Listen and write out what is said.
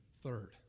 third